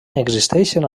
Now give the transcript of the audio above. existeixen